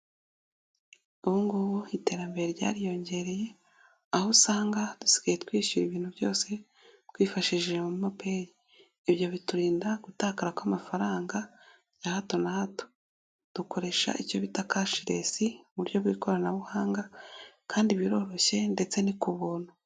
Ubu ngubu iterambere ryariyongereye, aho usanga dusigaye twishyura ibintu byose twifashishije momo pay, ibyo biturinda gutakara kw'amafaranga ya hato na hato. Dukoresha icyo bita cashless mu buryo bw'ikoranabuhanga kandi biroroshye ndetse ni ku buntu.